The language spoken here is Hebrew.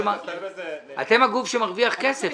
אתם הגוף שמרוויח כסף.